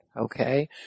Okay